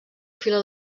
fila